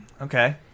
Okay